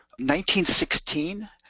1916